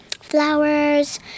flowers